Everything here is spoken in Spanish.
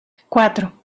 cuatro